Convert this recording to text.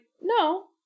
no